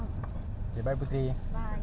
how much do you guess I bought